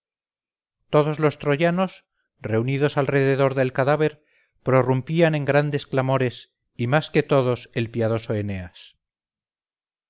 todos los troyanos reunidos alrededor del cadáver prorrumpían en grandes clamores y más que todos el piadoso eneas